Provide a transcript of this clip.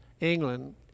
England